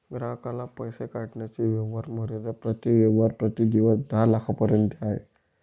ग्राहकाला पैसे काढण्याची व्यवहार मर्यादा प्रति व्यवहार प्रति दिवस दहा लाखांपर्यंत आहे